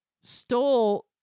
stole